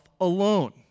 alone